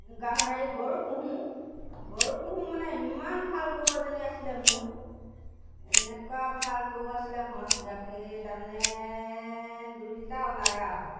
গা হেৰি গৰু পুহোঁ গৰু পুহো মানে ইমান ভাল গৰু এজনী আছিলে মোৰ এনেকুৱা ভাল গৰু আছিলে সঁচ গাখীৰ তাৰমানে দুই লিটাৰ ওলায় আৰু